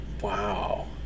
Wow